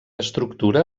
estructura